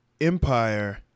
Empire